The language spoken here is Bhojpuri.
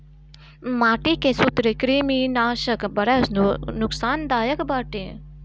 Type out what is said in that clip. माटी के सूत्रकृमिनाशक बड़ा नुकसानदायक बाटे